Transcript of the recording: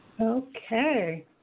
Okay